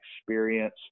experience